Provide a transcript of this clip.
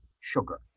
sugar